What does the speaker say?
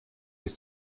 bis